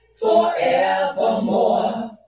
forevermore